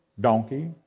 donkey